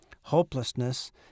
hopelessness